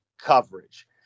coverage